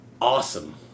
awesome